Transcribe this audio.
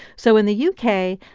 so in the u k,